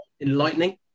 enlightening